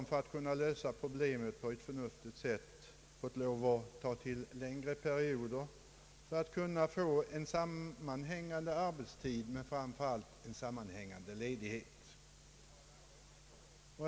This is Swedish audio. För att på ett förnuftigt sätt kunna få sammanhängande arbetstid och framför allt sammanhängande ledighet har man måst ta till längre perioder.